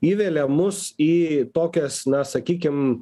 įvelia mus į tokias na sakykim